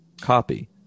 copy